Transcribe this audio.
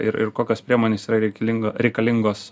ir ir kokios priemonės yra reikalinga reikalingos